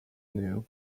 new